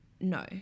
no